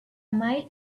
mile